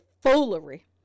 foolery